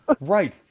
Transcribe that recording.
Right